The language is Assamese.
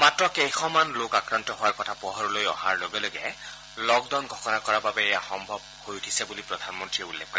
মাত্ৰ কেইশমান লোক আক্ৰান্ত হোৱাৰ কথা পোহৰলৈ অহাৰ লগে লগে লকডাউন ঘোষণা কৰাৰ বাবে এয়া সম্ভৱ হৈ উঠিছে বুলি প্ৰধানমন্ত্ৰীয়ে উল্লেখ কৰে